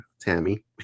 Tammy